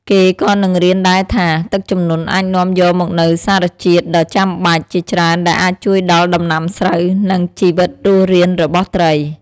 គេក៏នឹងរៀនដែរថា ទឹកជំនន់អាចនាំយកមកនូវសារជាតិដ៏ចំបាច់ជាច្រើនដែលអាចជួយដល់ដំណាំស្រូវ និង ជីវិតរស់រានរបស់ត្រី។